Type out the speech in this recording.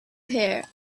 here